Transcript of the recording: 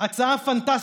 הצעה פנטסטית,